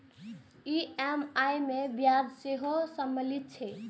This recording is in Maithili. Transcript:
ई.एम.आई मे ब्याज सेहो सम्मिलित रहै छै